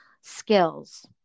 skills